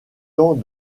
temps